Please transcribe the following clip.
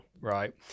right